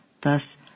Thus